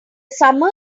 summer